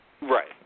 Right